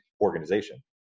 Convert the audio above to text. organization